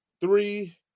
three